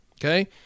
okay